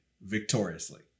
victoriously